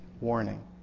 warning